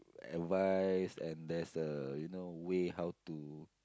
advice and there's a you know way how to